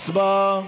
הצבעה.